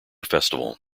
festival